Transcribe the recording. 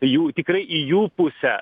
jų tikrai į jų pusę